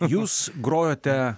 jūs grojote